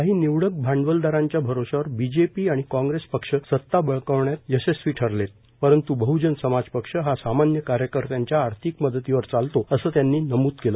काही निवडक भांडवलदारांच्या भरवशावर बीजेपी आणि काँग्रेस पक्ष सत्ता बळकावण्यात यशस्वी ठरले परंत् बहजन समाज पक्ष हा सामान्य कार्यकर्त्यांच्या आर्थिक मदतीवर चालतो असं त्यांनी नमूद केलं